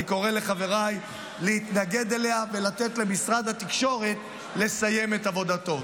אני קורא לחבריי להתנגד לה ולתת למשרד התקשורת לסיים את עבודתו.